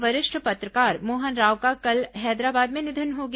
राज्य के वरिष्ठ पत्रकार मोहन राव का कल हैदराबाद में निधन हो गया